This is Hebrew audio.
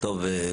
טוב,